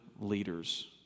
leaders